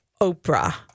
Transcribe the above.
Oprah